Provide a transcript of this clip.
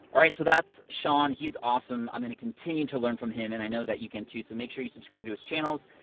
alright so that's sean, he's awesome. i'm gonna continue to learn from him, and i know that you can too. so make sure you subscribe to his channels.